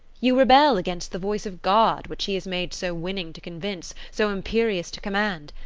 you rebel against the voice of god, which he has made so winning to convince, so imperious to command.